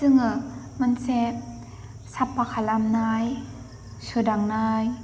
जोङो मोनसे साफा खालामनाय सोदांनाय